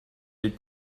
les